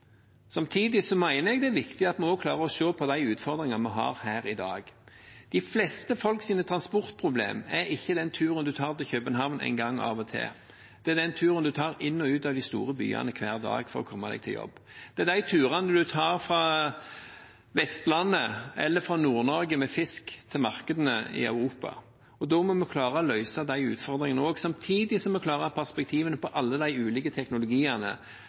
Samtidig mener jeg det er viktig at vi også klarer å se på de utfordringene vi har her i dag. De fleste folks transportproblem er ikke den turen en tar til København en gang av og til, det er den turen en tar inn og ut av de store byene hver dag for å komme seg til jobb, det er de turene en tar fra Vestlandet eller fra Nord-Norge med fisk til markedene i Europa. Da må vi klare å løse de utfordringene også, samtidig som vi klarer å ha perspektivene på alle de ulike teknologiene